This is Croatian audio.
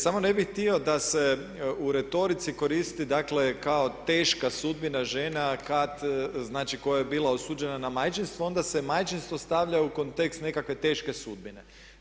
Samo ne bih htio da se u retorici koristi dakle kao teška sudbina žena, znači koja je bila osuđena na majčinstvo, onda se majčinstvo stavlja u kontekst nekakve teške sudbine.